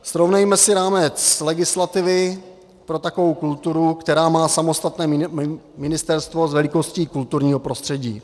Srovnejme si rámec legislativy pro takovou kulturu, která má samostatné ministerstvo s velikostí kulturního prostředí.